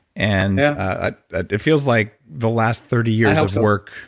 and ah ah it feels like the last thirty years of work